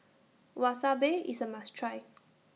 Wasabi IS A must Try